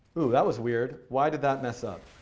ooh, that was weird. why did that mess up?